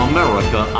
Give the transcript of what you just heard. America